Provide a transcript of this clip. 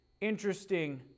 interesting